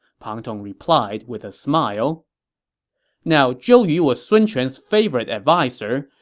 pang tong replied with a smile now, zhou yu was sun quan's favorite adviser,